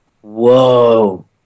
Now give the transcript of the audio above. Whoa